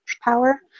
power